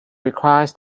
requires